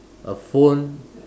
a phone